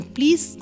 Please